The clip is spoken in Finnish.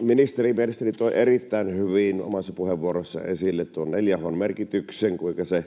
mielestäni toi erittäin hyvin omassa puheenvuorossaan esille tuon 4H:n merkityksen, kuinka se